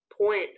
point